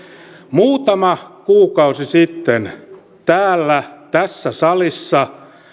muutama kuukausi sitten täällä tässä salissa